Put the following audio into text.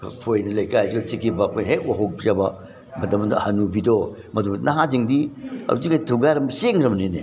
ꯈꯣꯏꯅ ꯂꯩꯀꯥꯏꯗꯨꯗ ꯆꯤꯛꯈꯤꯕ ꯑꯩꯈꯣꯏꯅ ꯍꯦꯛ ꯎꯍꯧꯖꯕ ꯃꯇꯝ ꯑꯗꯨꯗ ꯍꯅꯨꯕꯤꯗꯣ ꯃꯗꯨꯗ ꯅꯍꯥꯁꯤꯡꯗꯤ ꯍꯧꯖꯤꯛꯀꯤ ꯊꯨꯒꯥꯏꯔꯝꯃꯒ ꯆꯦꯟꯈ꯭ꯔꯕꯅꯤꯅꯦ